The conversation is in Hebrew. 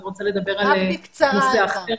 אני רוצה לדבר על נושא אחר,